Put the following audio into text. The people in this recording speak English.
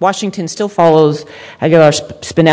washington still follows spin